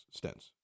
stents